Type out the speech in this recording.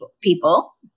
people